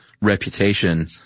reputation